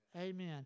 Amen